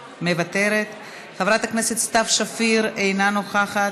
מוותרת, חברת הכנסת סתיו שפיר אינה נוכחת,